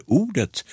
ordet